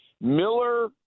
Miller